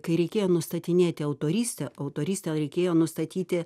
kai reikėjo nustatinėti autorystę autorystę reikėjo nustatyti